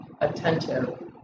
attentive